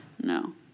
no